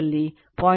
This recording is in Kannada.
ದಲ್ಲಿ 0